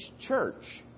church